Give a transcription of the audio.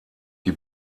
die